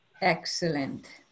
Excellent